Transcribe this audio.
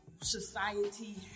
society